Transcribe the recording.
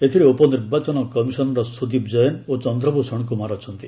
ଏଥିରେ ଉପନିର୍ବାଚନ କମିନର ସୁଦୀପ ଜୈନ ଓ ଚନ୍ଦ୍ରଭୂଷଣ କୁମାର ଅଛନ୍ତି